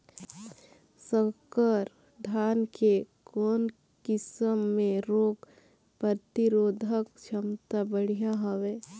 संकर धान के कौन किसम मे रोग प्रतिरोधक क्षमता बढ़िया हवे?